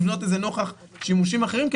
לבנות את זה נוכח שימושים אחרים,